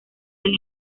del